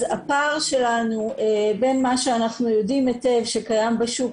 אז הפער שלנו בין מה שאנחנו יודעים היטב שקיים בשוק,